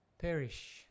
Perish